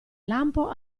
lampo